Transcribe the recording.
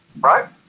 right